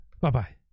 Bye-bye